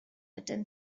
attend